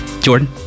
Jordan